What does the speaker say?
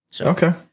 Okay